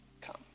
Come